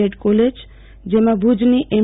add college જેમા ભુજની એમ